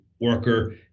worker